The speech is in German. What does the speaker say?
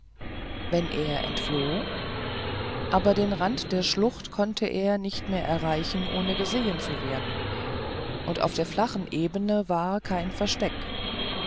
wenn er entfloh aber den rand der schlucht konnte er nicht mehr erreichen ohne gesehen zu werden und auf der flachen ebene war kein versteck